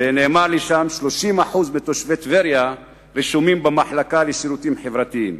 ונאמר לי שם ש-30% מתושבי טבריה רשומים במחלקה לשירותים חברתיים.